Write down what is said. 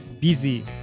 busy